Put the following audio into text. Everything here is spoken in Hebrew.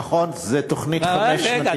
נכון, זו תוכנית חמש-שנתית.